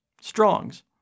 Strongs